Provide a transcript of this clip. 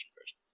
first